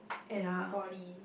and Poly